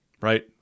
Right